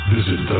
Visit